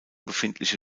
befindliche